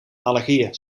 allergieën